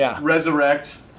resurrect